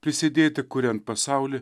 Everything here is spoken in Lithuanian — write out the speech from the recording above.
prisidėti kuriant pasaulį